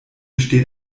steht